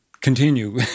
Continue